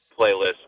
playlist